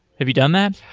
have you done that?